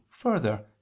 further